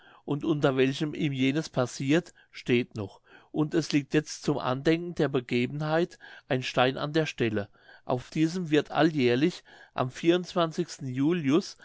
und unter welchem ihm jenes passirt steht noch und es liegt jetzt zum andenken der begebenheit ein stein an der stelle auf diesem wird alljährlich am julius